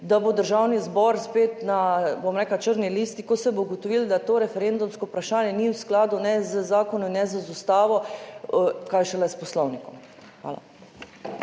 da bo Državni zbor spet črni listi, ko se bo ugotovilo, da to referendumsko vprašanje ni v skladu ne z zakonom, ne z Ustavo, kaj šele s Poslovnikom. Hvala.